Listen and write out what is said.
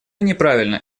неправильно